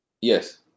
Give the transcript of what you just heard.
Yes